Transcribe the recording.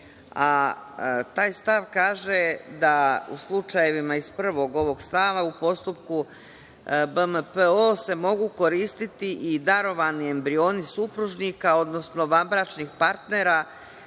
stav kaže da u slučajevima iz prvog ovog stava u postupku BMPO mogu koristiti i darovani embrioni supružnika, odnosno vanbračnih partnera